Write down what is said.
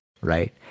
right